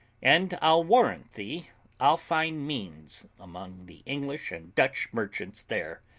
and i'll warrant thee i'll find means, among the english and dutch merchants there,